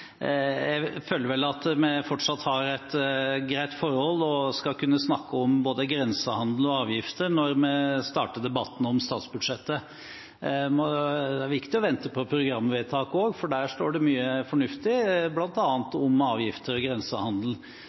skal kunne snakke om både grensehandel og avgifter når vi starter debatten om statsbudsjettet. Det er viktig å vente på programvedtak også, for der står det mye fornuftig, bl.a. om avgifter og grensehandel.